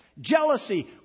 Jealousy